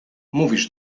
mówisz